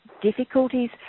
difficulties